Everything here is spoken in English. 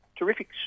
Terrific